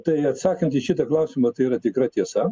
tai atsakant į šitą klausimą tai yra tikra tiesa